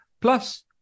Plus